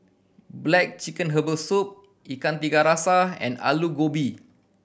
black chicken herbal soup Ikan Tiga Rasa and Aloo Gobi